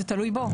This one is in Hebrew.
זה תלוי בו.